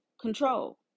control